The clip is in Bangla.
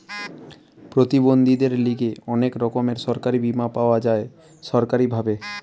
প্রতিবন্ধীদের লিগে অনেক রকমের সরকারি বীমা পাওয়া যায় সরকারি ভাবে